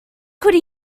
could